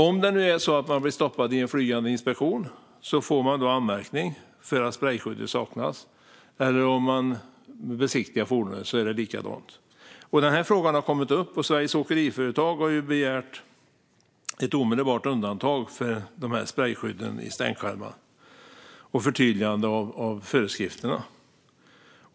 Om man blir stoppad i en flygande inspektion eller vid besiktning får man anmärkning om sprejskyddet saknas. Den här frågan har kommit upp, och Sveriges Åkeriföretag har begärt ett omedelbart undantag för sprejskydden i stänkskärmarna och ett förtydligande av föreskrifterna.